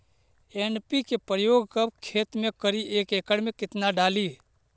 NPK प्रयोग कब खेत मे करि एक एकड़ मे कितना डाली?